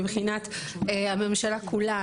מבחינת הממשלה כולה,